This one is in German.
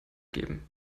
geben